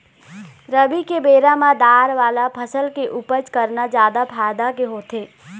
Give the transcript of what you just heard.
रबी के बेरा म दार वाला फसल के उपज करना जादा फायदा के होथे